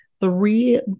three